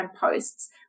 posts